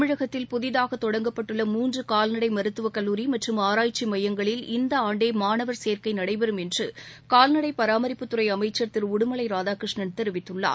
தமிழகத்தில் புதிதாக தொடங்கப்பட்டுள்ள மூன்று கால்நடை மருத்துவக் கல்லூரி மற்றும் ஆராய்ச்சி மையங்களில் இந்த ஆண்டே மாணவர் சேர்க்கை நடைபெறும் என்று கால்நடை பராமரிப்புத்துறை அமைச்சர் திரு உடுமலை ராதாகிருஷ்ணன் தெரிவித்துள்ளார்